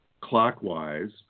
clockwise